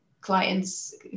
clients